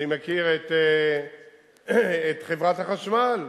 אני מכיר את חברת החשמל,